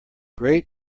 great